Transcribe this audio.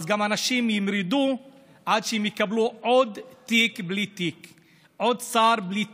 אנשים ימרדו עד שהם יקבלו עוד שר בלי תיק,